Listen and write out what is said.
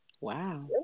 Wow